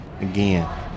again